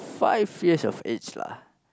five years of age lah